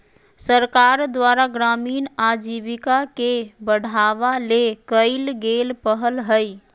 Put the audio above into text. सरकार द्वारा ग्रामीण आजीविका के बढ़ावा ले कइल गेल पहल हइ